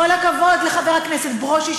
כל הכבוד לחבר הכנסת ברושי,